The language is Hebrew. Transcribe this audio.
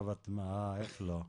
תודה,